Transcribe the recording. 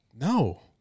No